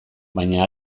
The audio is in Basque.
baina